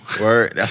Word